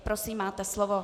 Prosím, máte slovo.